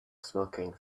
smoking